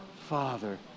Father